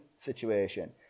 situation